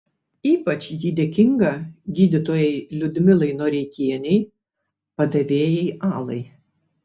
ypač ji dėkinga gydytojai liudmilai noreikienei padavėjai alai